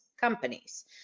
companies